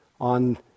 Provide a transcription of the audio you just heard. on